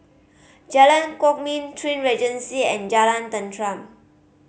Jalan Kwok Min Twin Regency and Jalan Tenteram